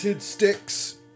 Sticks